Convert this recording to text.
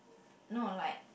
no like